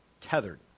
tethered